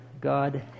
God